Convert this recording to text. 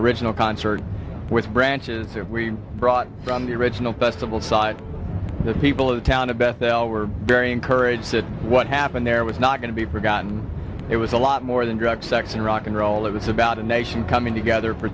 original concert with branches that we brought from the original festival side the people of the town of bethel we're very encouraged that what happened there was not going to be forgotten it was a lot more than drugs sex and rock n roll it was about a nation coming together for